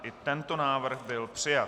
I tento návrh byl přijat.